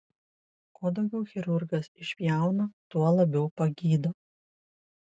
kuo daugiau chirurgas išpjauna tuo labiau pagydo